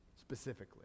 specifically